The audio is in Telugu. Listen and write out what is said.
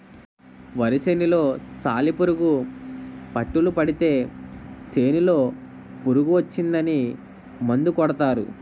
వరి సేనులో సాలిపురుగు పట్టులు పడితే సేనులో పురుగు వచ్చిందని మందు కొడతారు